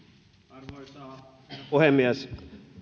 arvoisa herra puhemies